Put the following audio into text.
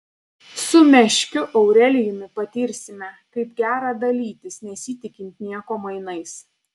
su meškiu aurelijumi patirsime kaip gera dalytis nesitikint nieko mainais